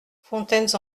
fontaines